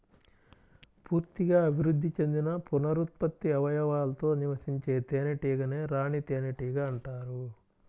పూర్తిగా అభివృద్ధి చెందిన పునరుత్పత్తి అవయవాలతో నివసించే తేనెటీగనే రాణి తేనెటీగ అంటారు